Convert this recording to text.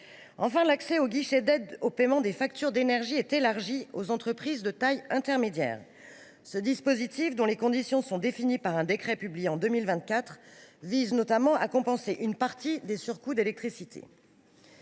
Enfin, l’accès au guichet d’aide au paiement des factures d’énergie est élargi aux ETI. Ce dispositif, dont les conditions sont définies par un décret publié en 2024, vise notamment à compenser une partie des surcoûts d’électricité.